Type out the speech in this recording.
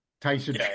Tyson